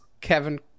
Kevin